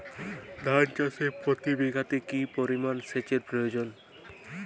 ধান চাষে প্রতি বিঘাতে কি পরিমান সেচের প্রয়োজন?